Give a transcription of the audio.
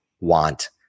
want